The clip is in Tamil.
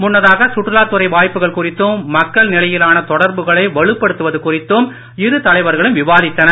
முன்னதாக சுற்றுலாத் துறை வாய்ப்புகள் குறித்தும் மக்கள் நிலையிலான தொடர்புகளை வலுப்படுத்துவது குறித்தும் இரு தலைவர்களும் விவாதித்தனர்